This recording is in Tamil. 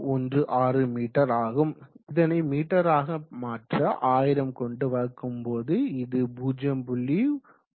1016 மீட்டர் ஆகும் இதனை மீட்டராக மாற்ற 1000 கொண்டு வகுக்கும் போது இது 0